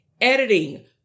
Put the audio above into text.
editing